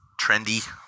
trendy